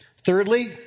Thirdly